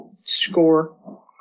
Score